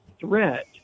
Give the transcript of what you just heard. threat